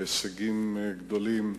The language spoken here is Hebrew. בהישגים גדולים,